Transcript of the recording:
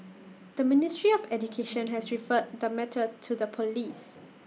the ministry of education has referred the matter to the Police